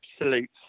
absolute